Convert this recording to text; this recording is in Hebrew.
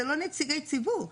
זה לא נציגי ציבור,